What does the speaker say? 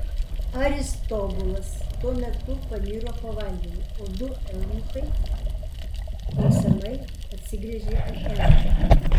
aristobulas tuo metu paniro po vandeniu o du eunuchai klausiamai atsigręžė į erodą